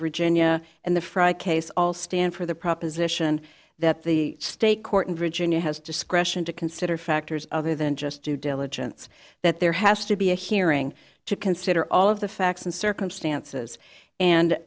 region and the fry case all stand for the proposition that the state court in virginia has discretion to consider factors other than just due diligence that there has to be a hearing to consider all of the facts and circumstances and